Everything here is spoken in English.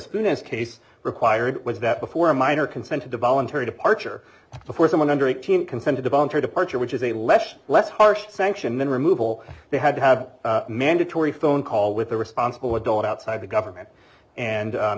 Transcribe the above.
students case required was that before a minor consented to voluntary departure before someone under eighteen consented to voluntary departure which is a less less harsh sanction than removal they had to have mandatory phone call with a responsible adult outside the government and